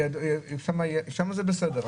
שמה זה בסדר.